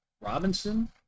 Robinson